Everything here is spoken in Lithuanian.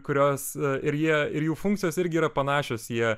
kurios ir jie ir jų funkcijos irgi yra panašios jie